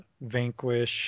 Vanquish